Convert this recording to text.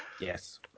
yes